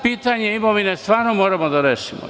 Pitanje imovine stvarno moramo da rešimo.